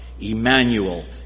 Emmanuel